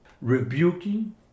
rebuking